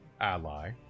ally